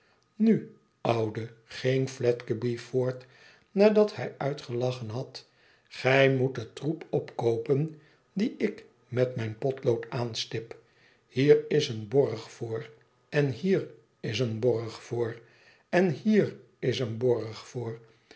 nu oude ging fiedgeby voort nadat hij uitgelachen had gij moet den troep opkoopen dien ik met mijn potlood aanstip hier is een borg voor en hier is een borg voor en hier is een borg voor